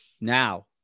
Now